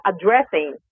addressing